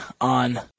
on